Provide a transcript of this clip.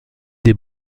des